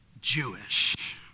Jewish